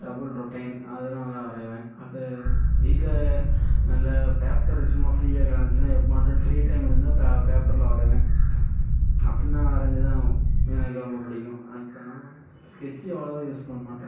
double routine அதெல்லாம் நல்லா வரைவேன் அடுத்தது வீட்டில் நல்ல பேப்பர் சும்மா ஃப்ரீயாக கிடந்துச்சுனா எப்போமாட்டம் ஃப்ரீ டைம் இருந்தால் பே பேப்பரில் வரைவேன் அப்படின்னா வரைஞ்சி தான் எனக்கு ரொம்ப பிடிக்கும் அடுத்ததுன்னா ஸ்கெட்ச்சு அவ்வளவா யூஸ் பண்ணமாட்டேன்